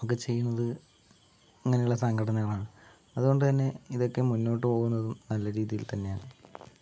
ഒക്കെ ചെയ്യുന്നത് അങ്ങനെയുള്ള സംഘടനകളാണ് അതുകൊണ്ട് തന്നെ ഇതൊക്കെ മുന്നോട്ട് പോകുന്നതും നല്ല രീതിയിൽ തന്നെയാണ്